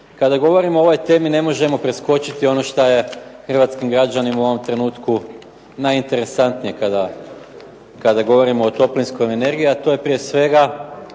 Kada govorimo o ovoj temi ne možemo preskočiti ono što je hrvatskim građanima u ovom trenutku najinteresantnije kada govorimo o toplinskoj energiji, a to je prije svega